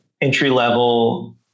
entry-level